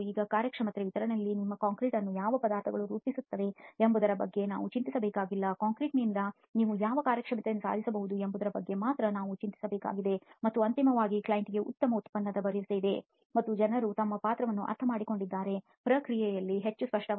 ಈಗ ಕಾರ್ಯಕ್ಷಮತೆಯ ವಿವರಣೆಯಲ್ಲಿ ನಮ್ಮ ಕಾಂಕ್ರೀಟ್ ಅನ್ನು ಯಾವ ಪದಾರ್ಥಗಳು ರೂಪಿಸುತ್ತವೆ ಎಂಬುದರ ಬಗ್ಗೆ ನಾವು ಚಿಂತಿಸಬೇಕಾಗಿಲ್ಲ ಕಾಂಕ್ರೀಟ್ನಿಂದ ನಾವು ಯಾವ ಕಾರ್ಯಕ್ಷಮತೆಯನ್ನು ಸಾಧಿಸಬಹುದು ಎಂಬುದರ ಬಗ್ಗೆ ಮಾತ್ರ ನಾವು ಚಿಂತಿಸಬೇಕಾಗಿದೆ ಮತ್ತು ಅಂತಿಮವಾಗಿ ಕ್ಲೈಂಟ್ಗೆ ಉತ್ತಮ ಅಂತಿಮ ಉತ್ಪನ್ನದ ಭರವಸೆ ಇದೆ ಮತ್ತು ಜನರು ತಮ್ಮ ಪಾತ್ರಗಳನ್ನು ಅರ್ಥಮಾಡಿಕೊಳ್ಳುತ್ತಾರೆ ಪ್ರಕ್ರಿಯೆಯಲ್ಲಿ ಹೆಚ್ಚು ಸ್ಪಷ್ಟವಾಗಿ